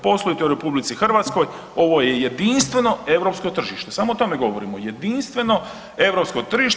Poslujete u RH ovo je jedinstveno europsko tržište, samo o tome govorimo jedinstveno europsko tržište.